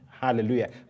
Hallelujah